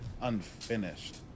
unfinished